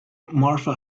martha